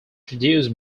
produce